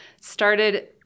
started